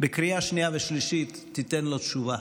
בקריאה שנייה ושלישית, תיתן לו תשובה.